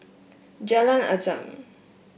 Jalan Azam